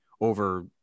over